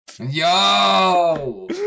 Yo